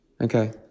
Okay